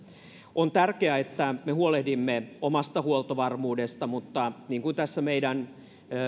on tärkeää että me huolehdimme omasta huoltovarmuudestamme mutta niin kuin tässä meidän